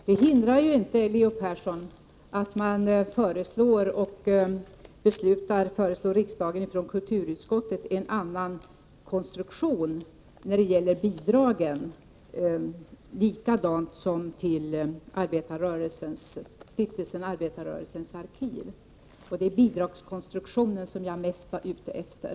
Herr talman! Det hindrar ju inte, Leo Persson, att kulturutskottet beslutar föreslå riksdagen en annan konstruktion när det gäller bidragen, så att bidrag utgår på samma sätt som till Stiftelsen Arbetarrörelsens arkiv. Det är alltså bidragskonstruktionen som jag särskilt var ute efter.